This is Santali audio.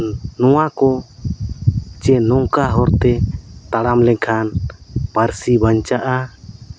ᱱᱚᱣᱟ ᱠᱚ ᱪᱮ ᱱᱚᱝᱠᱟ ᱦᱚᱨᱛᱮ ᱛᱟᱲᱟᱢ ᱞᱮᱠᱷᱟᱱ ᱯᱟᱹᱨᱥᱤ ᱵᱟᱧᱪᱟᱜᱼᱟ